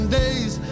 days